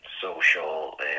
social